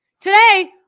Today